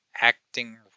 acting